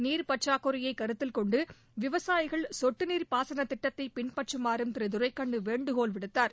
நீர்பற்றாக்குறையை கருத்தில் கொண்டு விவசாயிகள் கொட்டு நீர் பாசனத்திட்டத்தை பின்பற்றுமாறும் திரு துரைக்கண்ணு வேண்டுகோள் விடுத்தார்